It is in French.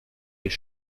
les